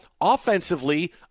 offensively